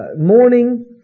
morning